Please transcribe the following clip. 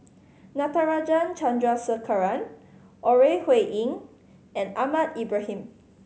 Natarajan Chandrasekaran Ore Huiying and Ahmad Ibrahim